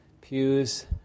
pews